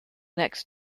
next